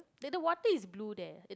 that the water is blue there